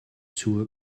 zur